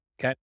okay